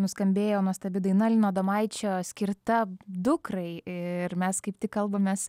nuskambėjo nuostabi daina lino adomaičio skirta dukrai ir mes kaip tik kalbamės